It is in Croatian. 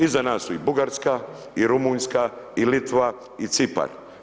Iza nas su i Bugarska i Rumunjska i Litva i Cipar.